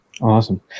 Awesome